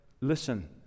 listen